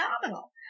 phenomenal